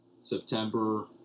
September